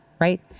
right